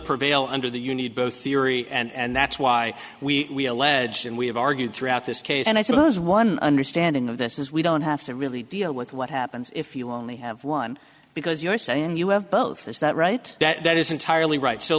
prevail under the you need both theory and that's why we allege and we have argued throughout this case and i suppose one understanding of this is we don't have to really deal with what happens if you only have one because you're saying you have both is that right that is entirely ri